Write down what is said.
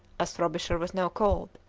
as frobisher was now called,